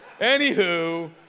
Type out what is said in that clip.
anywho